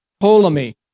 Ptolemy